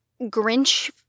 Grinch